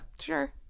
sure